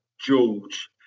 George